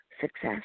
success